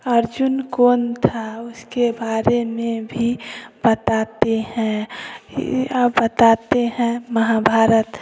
अर्जुन कौन था उसके बारे में भी बताते हैं आप बताते हैं महाभारत